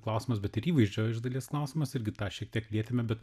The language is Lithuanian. klausimas bet ir įvaizdžio iš dalies klausimas irgi tą šiek tiek lietėme bet